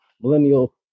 millennial